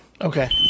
Okay